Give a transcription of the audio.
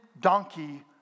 donkey